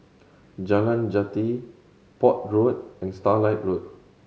Jalan Jati Port Road and Starlight Road